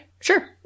Sure